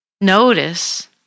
Notice